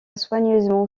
soigneusement